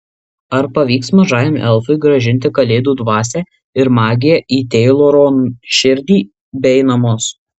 ar pavyks mažajam elfui grąžinti kalėdų dvasią ir magiją į teiloro širdį bei namus